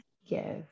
yes